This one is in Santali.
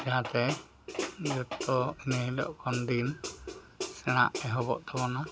ᱡᱟᱦᱟᱸᱛᱮ ᱡᱚᱛᱚ ᱧᱮᱞᱚᱜ ᱠᱟᱱ ᱫᱤᱱ ᱥᱮᱬᱟ ᱮᱦᱚᱵᱚᱜ ᱛᱟᱵᱚᱱᱟ